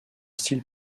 style